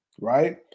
right